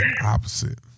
Opposite